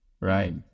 right